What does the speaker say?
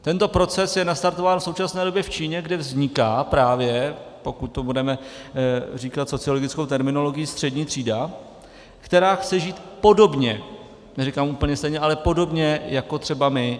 Tento proces je nastartován v současné době v Číně, kde vzniká právě, pokud to budeme říkat sociologickou terminologií, střední třída, která chce žít podobně, neříkám úplně stejně, ale podobně jako třeba my.